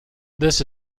this